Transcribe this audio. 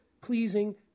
pleasing